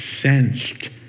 sensed